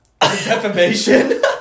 Defamation